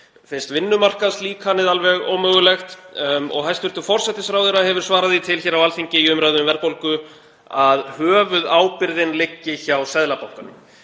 finnst vinnumarkaðslíkanið alveg ómögulegt. Hæstv. forsætisráðherra hefur svarað því til hér á Alþingi, í umræðu um verðbólgu, að höfuðábyrgðin liggi hjá Seðlabankanum.